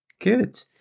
Good